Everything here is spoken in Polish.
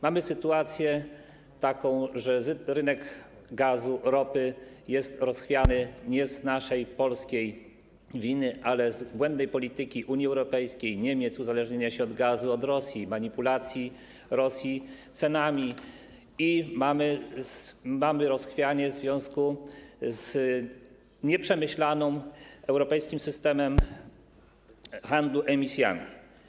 Mamy taką sytuację, że rynek gazu, ropy jest rozchwiany nie z naszej polskiej winy, ale z powodu błędnej polityki Unii Europejskiej, Niemiec, uzależnienia się od gazu z Rosji, manipulacji Rosji cenami i mamy rozchwianie w związku z nieprzemyślanym europejskim systemem handlu emisjami.